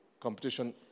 competition